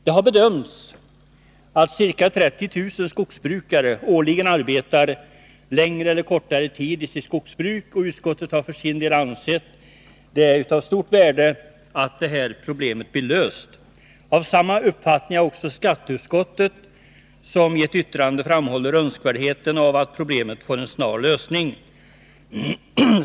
Det har bedömts att ca 30 000 skogsbrukare årligen arbetar längre eller kortare tid i sitt skogsbruk, och utskottet har för sin del ansett det av stort värde att det här problemet blir löst. Av samma uppfattning är också skatteutskottet, som i ett yttrande framhåller önskvärdheten av att problemet får en snar lösning.